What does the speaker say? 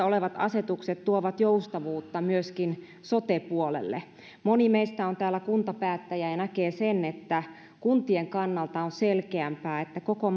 olevat asetukset tuovat joustavuutta myöskin sote puolelle moni meistä täällä on kuntapäättäjä ja näkee sen että kuntien kannalta on selkeämpää että koko